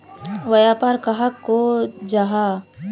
व्यापार कहाक को जाहा?